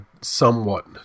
somewhat